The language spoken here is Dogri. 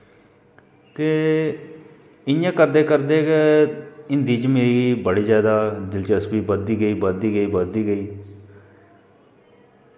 ते इयां करदे करदे गै हिन्दी च मेरी बड़ी ज्यादा दिलचस्पी बधदी गेई बधदी गेई बधदी गेई